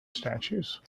statues